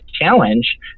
challenge